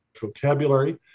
vocabulary